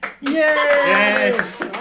Yes